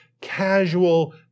casual